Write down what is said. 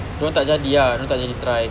dorang tak jadi ah dorang tak jadi try